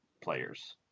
players